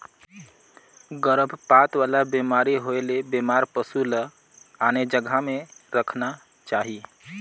गरभपात वाला बेमारी होयले बेमार पसु ल आने जघा में रखना चाही